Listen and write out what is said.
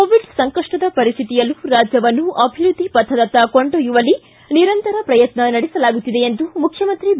Covid ಸಂಕಷ್ಟದ ಪರಿಸ್ಥಿತಿಯಲ್ಲೂ ರಾಜ್ಯವನ್ನೂ ಅಭಿವೃದ್ದಿ ಪಥದತ್ತ ಕೊಂಡೊಯ್ಯುವಲ್ಲಿ ನಿರಂತರ ಪ್ರಯತ್ನ ನಡೆಸಲಾಗುತ್ತಿದೆ ಎಂದು ಮುಖ್ಯಮಂತ್ರಿ ಬಿ